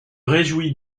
réjouis